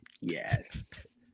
Yes